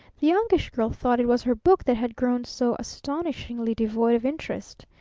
the youngish girl thought it was her book that had grown so astonishingly devoid of interest.